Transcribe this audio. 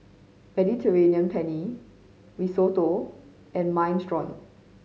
Mediterranean Penne Risotto and Minestrone